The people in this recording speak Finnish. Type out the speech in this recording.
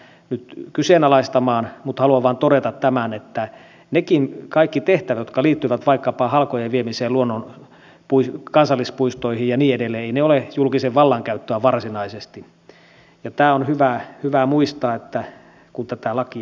en lähde sitä nyt kyseenalaistamaan mutta haluan vain todeta tämän että eivät nekään kaikki tehtävät jotka liittyvät vaikkapa halkojen viemiseen kansallispuistoihin ja niin edelleen ole julkisen vallan käyttöä varsinaisesti ja tämä on hyvä muistaa kun tätä lakia lukee